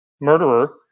murderer